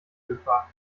gefahr